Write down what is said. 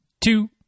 two